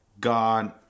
God